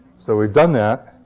so we've done that,